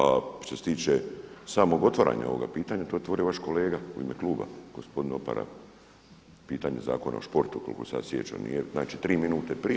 A što se tiče samog otvaranja ovoga pitanja to je otvorio vaš kolega u ime kluba gospodine Opara pitanje Zakona o sportu koliko se ja sjećam nije, znači tri minute prije.